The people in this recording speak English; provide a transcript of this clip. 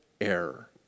error